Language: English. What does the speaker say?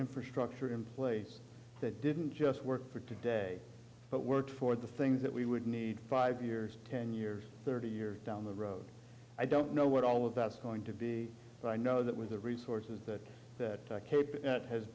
infrastructure in place that didn't just work for today but work for the things that we would need five years ten years thirty years down the road i don't know what all of that's going to be but i know that with the resources that ha